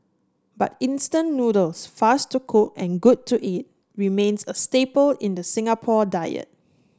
but instant noodles fast to cook and good to eat remains a staple in the Singapore diet